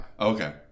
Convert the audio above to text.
Okay